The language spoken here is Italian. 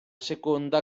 seconda